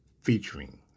featuring